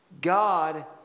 God